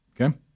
Okay